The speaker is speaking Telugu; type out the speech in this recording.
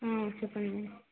చెప్పండి మేడం